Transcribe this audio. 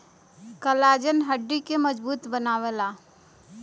collagen हड्डी के मजबूत बनावला